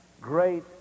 great